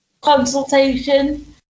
consultation